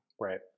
Right